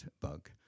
bug